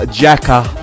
jacker